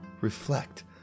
Reflect